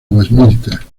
westminster